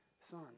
Son